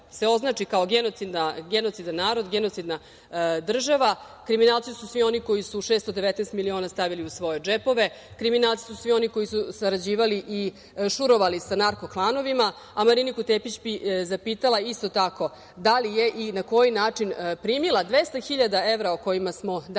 se označi kao genocidan narod, genocidna država. Kriminalci su svi oni koji su 619 miliona stavili u svoje džepove, kriminalci su svi oni koji su sarađivali i šurovali sa narko-klanovima. Mariniku Tepić bih zapitala isto tako da li je i na koji način primila 200.000 evra, o kojima smo danas